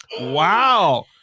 Wow